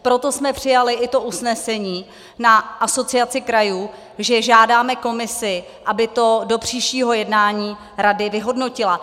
Proto jsme přijali i to usnesení na Asociaci krajů, že žádáme komisi, aby to do příštího jednání rady vyhodnotila.